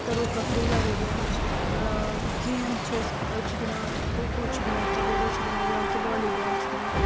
أسۍ کرو کتھ روٗرَل ایریاہٕچ گیم چھِ أسۍ أسۍ چھِ گِنٛدان کھو کھو چھِ گِنٛدان کبڑی چھِ گِندان یا کہِ والی بال چھِ گِنٛدان